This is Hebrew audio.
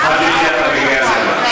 חאג' יחיא, אתה בקריאה ראשונה.